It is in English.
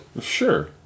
Sure